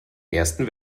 ersten